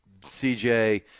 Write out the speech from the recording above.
CJ